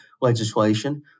legislation